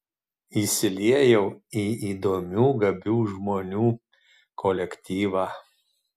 įsiliejau į įdomių gabių žmonių kolektyvą